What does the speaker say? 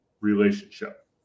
relationship